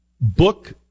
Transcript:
book